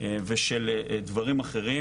ושל דברים אחרים